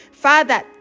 Father